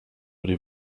would